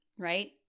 right